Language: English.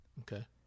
Okay